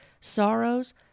sorrows